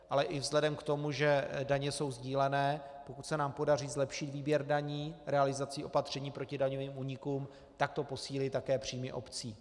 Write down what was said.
Ale i vzhledem k tomu, že daně jsou sdílené, pokud se nám podaří zlepšit výběr daní realizací opatření proti daňovým únikům, tak to posílí také příjmy obcí.